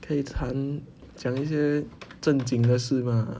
可以谈讲一些正经的事吗